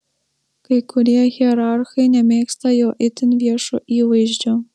kai kurie hierarchai nemėgsta jo itin viešo įvaizdžio